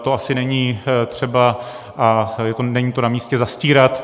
To asi není třeba a není to namístě zastírat.